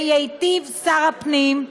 וייטיב שר הפנים,